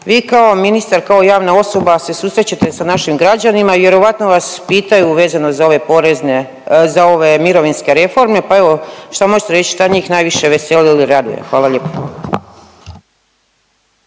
Vi kao ministar i kao javna osoba se susrećete sa našim građanima i vjerojatno vas pitaju vezano za ove porezne, za ove mirovinske reforme, pa evo šta možete reć šta njih najviše veseli ili raduje? Hvala lijepo.